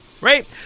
right